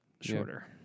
shorter